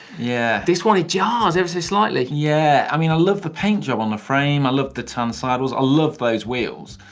yeah this one jars ever so slightly. yeah, i mean i love the pain job on the frame. i love the tan sidewalls. i love those wheels.